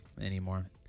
anymore